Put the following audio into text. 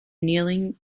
kneeling